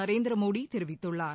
நரேந்திர மோடி தெரிவித்துள்ளார்